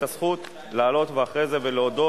הללו.